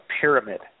pyramid